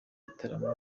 gitaramo